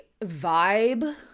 vibe